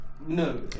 no